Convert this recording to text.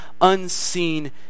unseen